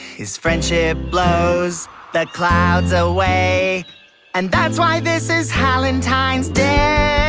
his friendship blows the clouds away and that's why this is hal-entine's day